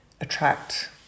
attract